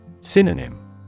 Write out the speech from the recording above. Synonym